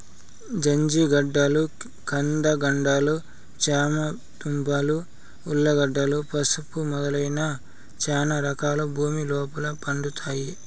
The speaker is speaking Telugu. జంజిగడ్డలు, కంద గడ్డలు, చామ దుంపలు, ఉర్లగడ్డలు, పసుపు మొదలైన చానా రకాలు భూమి లోపల పండుతాయి